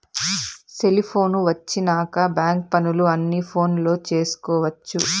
cellphone వచ్చినాక bank పనులు అన్ని ఫోనులో చేసుకొవచ్చు